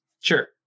sure